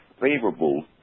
favorable